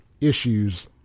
issues